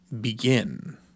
begin